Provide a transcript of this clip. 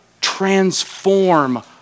transform